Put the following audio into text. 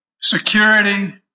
security